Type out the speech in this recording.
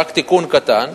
רק תיקון קטן,